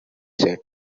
said